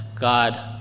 God